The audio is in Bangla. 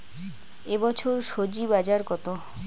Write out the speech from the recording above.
এ বছর স্বজি বাজার কত?